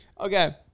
Okay